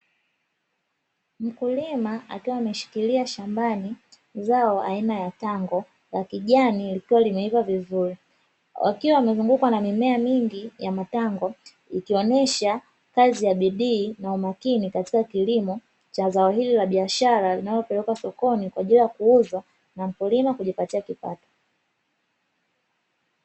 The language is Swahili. Mkulima akiwa ameshikilia shambani zao aina ya tango la kijani likiwa limeiva vizuri, wakiwa wamezungukwa na mimea mingi ya matango ikionyesha kazi ya bidii na umakini katika kilimo cha zao hili la biashara, linalopelekwa sokoni kwa ajili ya kuuzwa na mkulima kujipatia kipato.